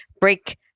break